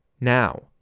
Now